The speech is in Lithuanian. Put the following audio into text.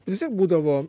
tiesiog būdavo